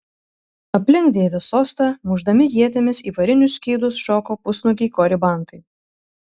aplink deivės sostą mušdami ietimis į varinius skydus šoko pusnuogiai koribantai